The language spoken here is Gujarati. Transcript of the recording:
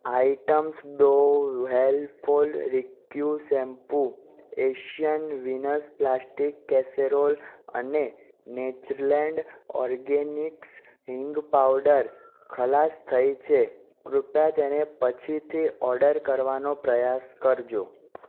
items Dove hair fall rescue shampoo Asian Venus plastic casserole અને નેચરલેન્ડ ઓર્ગેનિક્સ હિંગ પાવડર ખલાસ થઇ છે કૃપયા તેને પછીથી ઓર્ડર કરવાનો પ્રયાસ કરજો